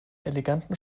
eleganten